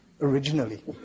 originally